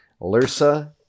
lursa